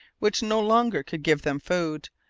which no longer could give them food,